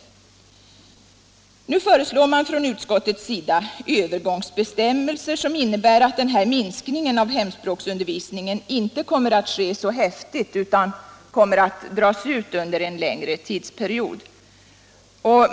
Utskottet föreslår nu övergångsbestämmelser som innebär att den här minskningen av hemspråksundervisning inte genomförs häftigt, utan kommer att dras ut under en längre tidsperiod.